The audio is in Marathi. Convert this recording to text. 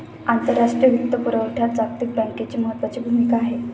आंतरराष्ट्रीय वित्तपुरवठ्यात जागतिक बँकेची महत्त्वाची भूमिका आहे